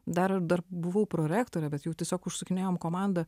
dar ir dar buvau prorektorė bet jau tiesiog užsukinėjom komandą